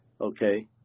Okay